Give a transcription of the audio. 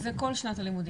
זה כל שנת הלימודים.